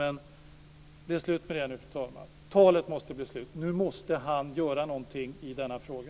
Men det är slut med det nu, fru talman. Det måste bli slut med talet. Nu måste han göra någonting i denna fråga.